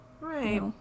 Right